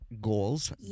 goals